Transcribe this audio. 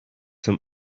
some